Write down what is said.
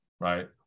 right